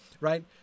right